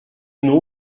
nom